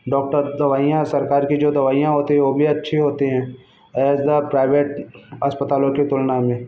doctor दवाइयाँ सरकार की जो दवाइयाँ होती है वह भी अच्छी होती हैं एज़ द प्राइवेट अस्पतालों की तुलना में